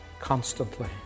constantly